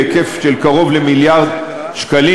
בהיקף של קרוב למיליארד שקלים.